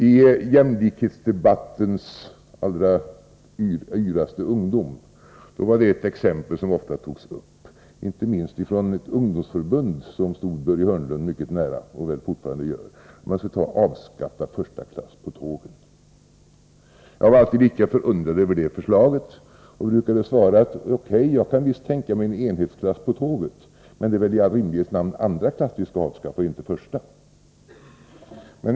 I jämlikhetsdebattens allra yraste ungdom anfördes ofta ett speciellt exempel, inte minst från ett visst ungdomsförbund, som stod, och väl fortfarande står, Börje Hörnlund mycket nära. Det gällde ett förslag om att avskaffa första klass på tågen. Jag var alltid förundrad över det förslaget. Jag brukade svara: O.K., jag kan visst tänka mig en enhetsklass på tågen — men det är väl i rimlighetens namn andra klass som skall avskaffas och inte första klass.